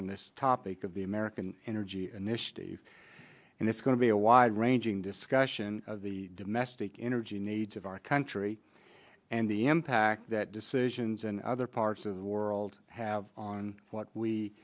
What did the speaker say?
on this topic of the american energy initiative and it's going to be a wide ranging discussion of the domestic energy needs of our country and the impact that decisions in other parts of the world have on what we